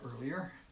earlier